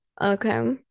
Okay